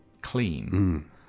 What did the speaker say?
clean